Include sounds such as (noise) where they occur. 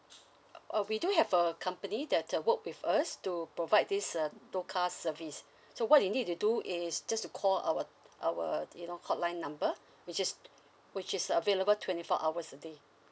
uh uh we do have a company that uh work with us to provide this uh tow car service (breath) so what you need to do is just to call our our you know hotline number (breath) which is (noise) which is available twenty four hours a day